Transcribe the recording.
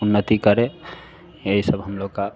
उन्नति करे यही सब हम लोग का